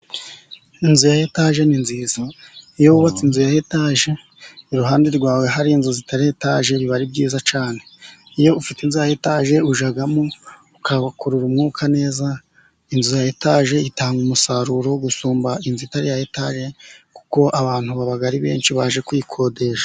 Inzu ya etaje ni nziza. Iyo wubatse inzu ya etaje iruhande rwawe hari inzu zitari etaje biba ari byiza cyane. Iyo ufite inzu ya etaje ujyamo ugakurura umwuka neza. Inzu ya etaje itanga umusaruro gusumba inzu itari iya etaje, kuko abantu baba ari benshi baje kuyikodesha.